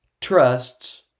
trusts